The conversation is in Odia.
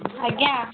ଆଜ୍ଞା